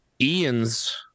Ian's